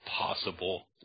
possible